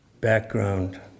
background